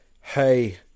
hey